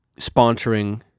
sponsoring